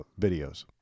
videos